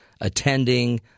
attending